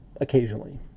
occasionally